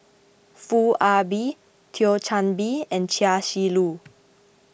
Foo Ah Bee Thio Chan Bee and Chia Shi Lu